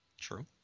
True